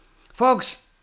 Folks